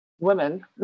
women